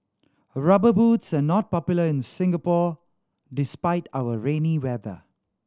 Rubber Boots are not popular in Singapore despite our rainy weather